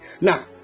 Now